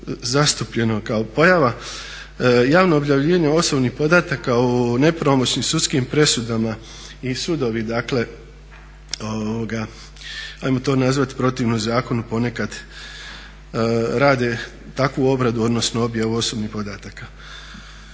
zastupljeno kao pojava, javno objavljivanje osobnih podataka o nepravomoćnim sudskim presudama. I sudovi dakle ajmo to nazvati protivno zakonu ponekad rade takvu obradu, odnosno objavu osobnih podataka.